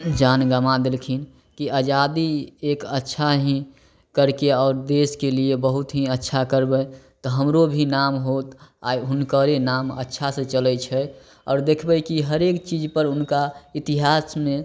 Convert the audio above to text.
जान गवाँ देलखिन कि आजादी एक अच्छा ही करके आओर देशके लिए बहुत ही अच्छा करबै तऽ हमरो भी नाम होत आइ हुनकरे नाम अच्छा से चलै छै आओर देखबै कि हरेक चीज पर उनका इतिहासमे